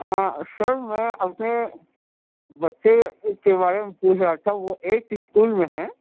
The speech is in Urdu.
سر میں اپنے بچے کے بارے میں پوچھ رہا تھا وہ ایٹ اسکول میں ہیں